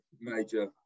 major